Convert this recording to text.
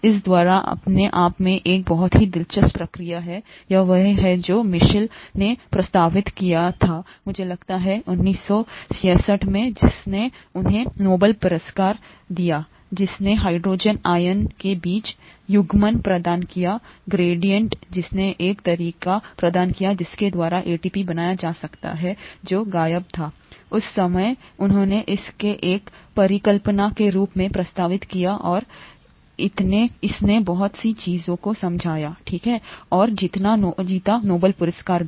इस द्वारा अपने आप में एक बहुत ही दिलचस्प प्रक्रिया है यह वही है जो मिशेल ने प्रस्तावित किया था मुझे लगता है कि 1966 में जिसने उन्हें नोबेल पुरस्कार दिया जिसने हाइड्रोजन आयन के बीच युग्मन प्रदान किया ग्रेडिएंट जिसने एक तरीका प्रदान किया जिसके द्वारा एटीपी बनाया जा सकता है जो गायब था उस समयउन्होंने इसे एक परिकल्पना के रूप में प्रस्तावित किया और इसने बहुत सी चीजों को समझाया ठीक है और जीता नोबेल पुरस्कार भी